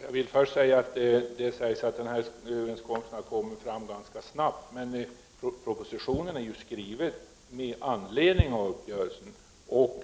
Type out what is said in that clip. Herr talman! Det sägs att denna överenskommelse har kommit fram ganska snabbt, men propositionen är ju skriven med anledning av uppgörelsen, och